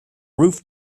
roof